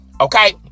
okay